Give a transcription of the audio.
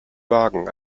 wagen